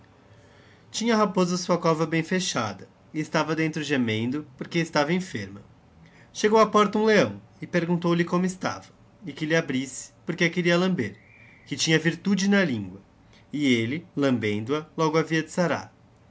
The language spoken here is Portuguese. tinha a rapoza sua cova bem fechada e eslava dentro gemendo porque eslava enferma checou á porta um elo e perguntou-lhe como estava e que lhe abrisse porque a queria lamber que tinha virtude na língua e elle lambendo a logo havia de sarar